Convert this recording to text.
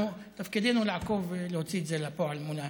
תפקידנו לעקוב ולהוציא את זה לפועל מול הרשויות.